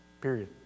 Period